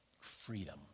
freedom